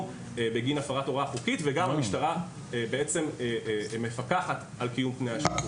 בגין הפרת הוראה חוקית וגם המשטרה מפקחת על קיום תנאי השחרור.